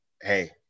Hey